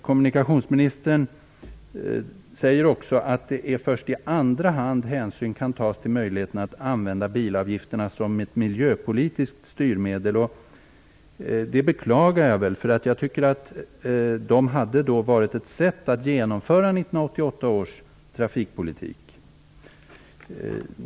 Kommunikationsministern säger också att det är först i andra hand som hänsyn kan tas till möjligheten att använda bilavgifterna som ett miljöpolitiskt styrmedel. Detta beklagar jag nog. Jag tycker att de hade varit ett sätt att genomföra 1988 års trafikpolitik.